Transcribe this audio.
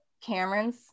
Cameron's